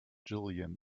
jillian